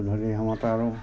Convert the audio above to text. গধূলি সময়ত আৰু